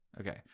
Okay